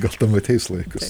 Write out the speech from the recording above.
gla tam ateis laikas